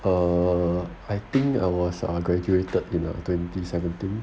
err I think I uh graduated in uh twenty seventeen